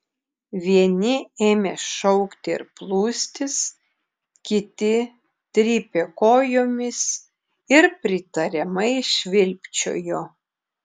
vieni ėmė šaukti ir plūstis kiti trypė kojomis ir pritariamai švilpčiojo